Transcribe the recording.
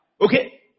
Okay